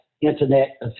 internet